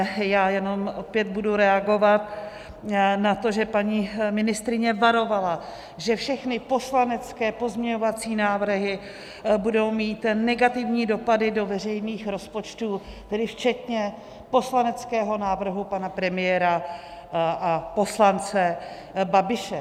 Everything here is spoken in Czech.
Já jenom opět budu reagovat na to, že paní ministryně varovala, že všechny poslanecké pozměňovací návrhy budou mít negativní dopady do veřejných rozpočtů, tedy včetně poslaneckého návrhu pana premiéra a poslance Babiše.